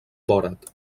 borat